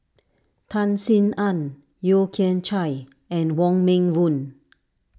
Tan Sin Aun Yeo Kian Chye and Wong Meng Voon